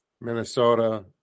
Minnesota